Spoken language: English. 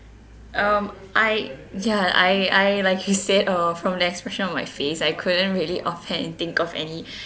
um I ya I I like you said oh from the expression of my face I couldn't really offer and think of any